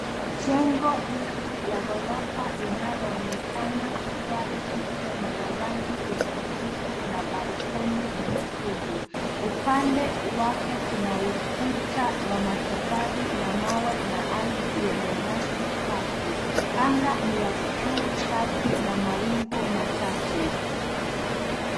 Jengo refu la ghorofa linaloonekana kuwa jipya na la rangi ya kijivu na balkoni nyekundu. Upande wake kuna ukuwa wa matofali ya mawe na ardhi yenye nyasi kavu. Anga ni ya buluu safi na mawingu machache.